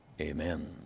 Amen